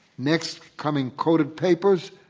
next coming, coated papers,